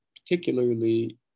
particularly